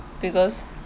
because